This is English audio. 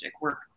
work